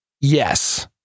Yes